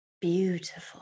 beautiful